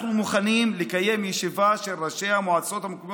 אני רוצה להגיד כמה מילים לגבי סמכויות,